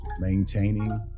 maintaining